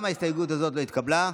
גם ההסתייגות הזאת לא התקבלה.